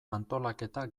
antolaketa